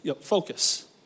Focus